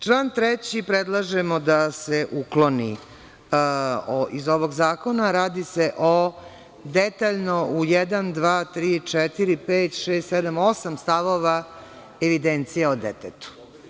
Član 3. predlažemo da se ukloni iz ovog zakona, radi se o detaljno u jedan, dva, tri, četiri, pet, šest, sedam, osam stavova evidencije o detetu.